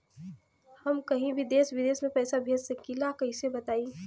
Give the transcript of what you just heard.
हम कहीं भी देश विदेश में पैसा भेज सकीला कईसे बताई?